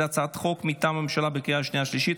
זו הצעת חוק מטעם הממשלה לקריאה שנייה ושלישית.